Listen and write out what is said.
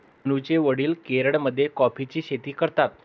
मनूचे वडील केरळमध्ये कॉफीची शेती करतात